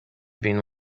been